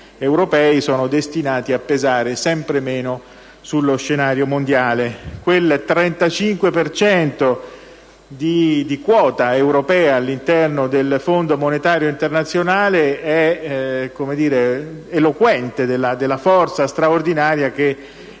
sono destinati a pesare sempre meno sullo scenario mondiale. Quel 35 per cento di quota europea all'interno del Fondo monetario internazionale è eloquente della forza straordinaria che